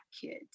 kids